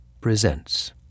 presents